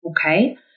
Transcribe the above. Okay